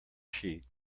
sheet